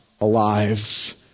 alive